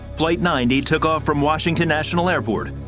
flight ninety took off from washington national airport,